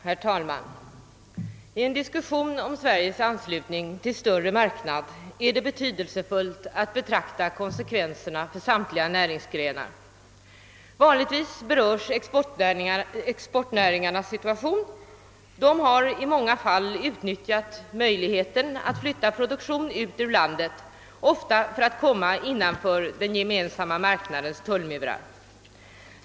Herr talman! I en diskussion om Sveriges anslutning till större marknad är det betydelsefullt att betrakta konsekvenserna för samtliga näringsgrenar. Vanligtvis berörs exportnäringarnas situation. De har i många fall utnyttjat möjligheten att flytta produktion ut ur landet, ofta för att komma innanför den gemensamma marknadens tullmurar.